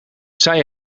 zij